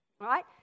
right